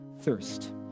thirst